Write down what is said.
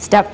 step